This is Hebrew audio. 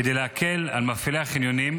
כדי להקל על מפעילי החניונים,